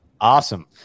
Awesome